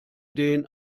den